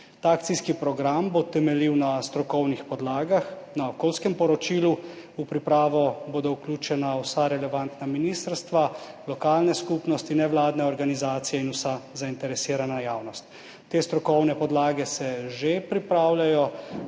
akcijski program bo temeljil na strokovnih podlagah, na okoljskem poročilu. V pripravo bodo vključena vsa relevantna ministrstva, lokalne skupnosti, nevladne organizacije in vsa zainteresirana javnost. Te strokovne podlage se že pripravljajo